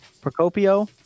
procopio